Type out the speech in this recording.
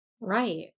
Right